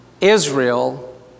Israel